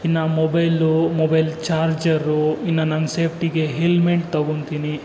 ಇನ್ನು mobile mobile charger ಇನ್ನು ನನ್ನ ಸೇಫ್ಟಿಗೆ ಹೆಲ್ಮೆಟ್ ತಗೋತ್ತೀನಿ